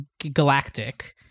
galactic